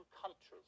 countries